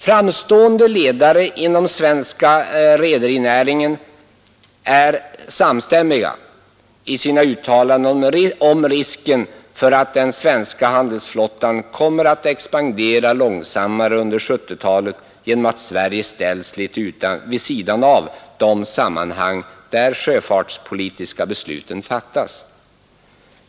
Framstående ledare inom svensk rederinäring är samstämmiga i sina uttalanden om risken för att den svenska handelsflottan kommer att expandera långsammare under 1970-talet genom att Sverige ställs litet vid sidan om de sammanhang där de sjöfartspolitiska besluten fattas.